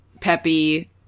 peppy